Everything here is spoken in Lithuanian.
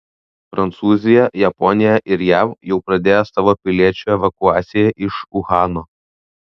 prancūzija japonija ir jav jau pradėjo savo piliečių evakuaciją iš uhano